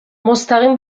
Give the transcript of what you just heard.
مستقیم